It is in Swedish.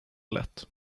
lätt